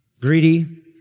greedy